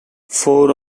four